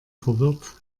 verwirrt